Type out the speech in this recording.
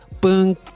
Boom